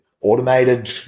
automated